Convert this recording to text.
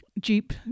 jeep